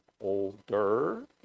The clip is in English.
older